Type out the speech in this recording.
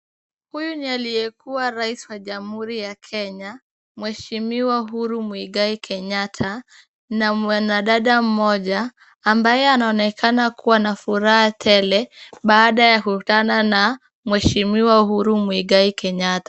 Huyu ni aliyekuwa rais wa jamhuri ya Kenya mheshimiwa Uhuru Muigai Kenyatta na mwanadada mmoja ambaye anaonekana kuwa na furaha tele baada ya kukutana na mheshimiwa Uhuru Muigai Kenyatta.